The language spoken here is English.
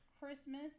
Christmas